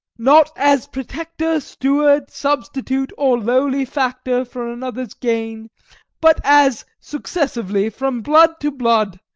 not as protector, steward, substitute, or lowly factor for another's gain but as successively, from blood to blood,